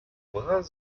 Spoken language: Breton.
bras